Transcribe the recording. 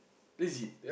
legit